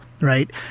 right